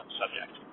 subject